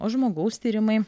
o žmogaus tyrimai